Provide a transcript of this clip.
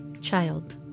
child